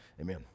Amen